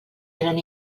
eren